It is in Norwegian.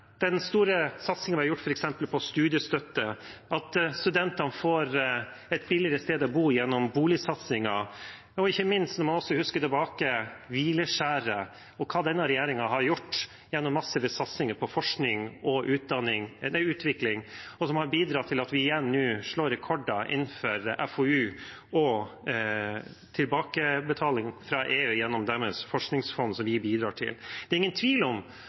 den store satsingen som vi har hatt f.eks. på studiestøtte, at studentene får et billigere sted å bo gjennom boligsatsingen, og ikke minst når man husker tilbake på hvileskjæret og tenker på hva denne regjeringen har gjort gjennom en massiv satsing på forskning og utvikling, som har bidratt til at vi igjen nå slår rekorder innenfor FoU og tilbakebetaling fra EU gjennom deres forskningsfond, som vi bidrar til, er det ingen tvil om